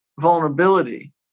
vulnerability